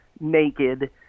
naked